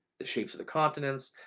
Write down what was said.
the shapes of the continents,